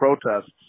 protests